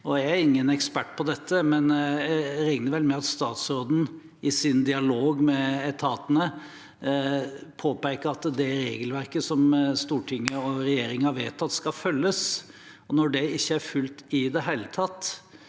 Jeg er ingen ekspert på dette, men jeg regner vel med at statsråden i sin dialog med etatene påpeker at det regelverket som Stortinget og regjeringen har vedtatt, skal følges. Når det ikke er fulgt i det hele tatt,